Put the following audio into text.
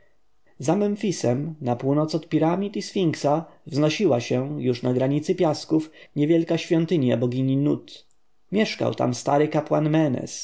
memfisem na północ od piramid i sfinksa wznosiła się już na granicy piasków niewielka świątynia bogini nut mieszkał tam stary kapłan